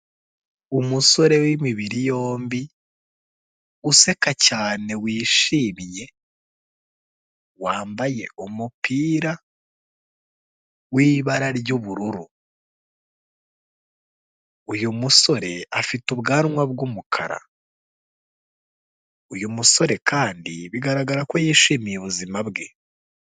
Umusore wimibiri yombi useka cyane wishimye umupira wibara ry'ubururu uyu musore ubwanwa bwumukara uyumusore kandi bigaragara ko yishimiye ubuzima bwe.